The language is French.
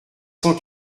cent